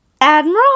Admiral